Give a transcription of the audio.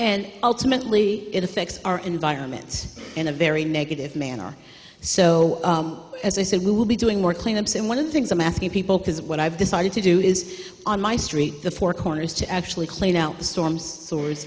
and ultimately it affects our environment in a very negative manner so as i said we will be doing more clean ups and one of the things i'm asking people because what i've decided to do is on my street the four corners to actually clean out the storm stor